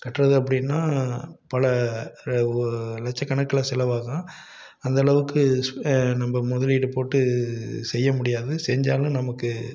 கட்டுறது அப்படின்னா பல லட்சக் கணக்கில் செலவாகும் அந்தளவுக்கு நம்ம முதலீடு போட்டு செய்ய முடியாது செஞ்சாலும் நமக்கு